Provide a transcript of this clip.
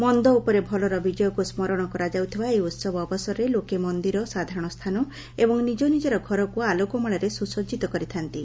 ମନ୍ଦ ଉପରେ ଭଲର ବିଜୟକ୍ତ ସୁରଣ କରାଯାଉଥିବା ଏହି ଉତ୍ସବ ଅବସରରେ ଲୋକେ ମନ୍ଦିର ସାଧାରଣ ସ୍ଥାନ ଏବଂ ନିଜ ନିକ୍କର ଘରକୁ ଆଲୋକମାଳାରେ ସୁସଜ୍ଜିତ କରିଥା'ନ୍ତି